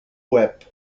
łeb